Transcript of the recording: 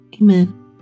Amen